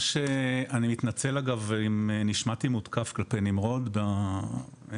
אני מתנצל אגב, אם נשמעתי תוקף כלפיי נמרוד קודם.